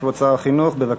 כבוד שר החינוך, בבקשה.